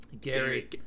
gary